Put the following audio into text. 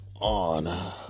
on